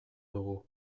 dugu